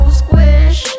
squish